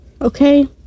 okay